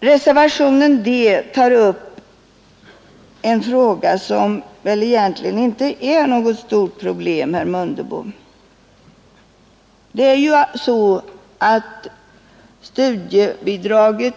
Reservationen vid punkten D tar upp en fråga som egentligen inte är något stort problem, herr Mundebo. Det är ju så att studiebidraget